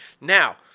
Now